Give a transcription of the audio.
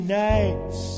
nice